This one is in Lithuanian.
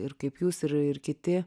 ir kaip jūs ir kiti